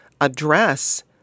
address